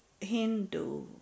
Hindu